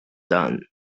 done